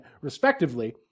respectively